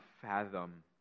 fathom